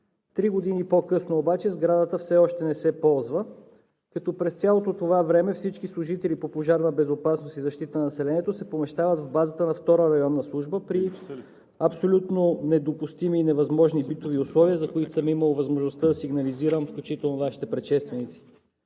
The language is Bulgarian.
Три години по-късно обаче сградата все още не се ползва, като през цялото това време всички служители по „Пожарна безопасност и защита на населението“ се помещават в базата на Втора районна служба при абсолютно недопустими и невъзможни битови условия, за които съм имал възможността да сигнализирам включително и Вашите предшественици.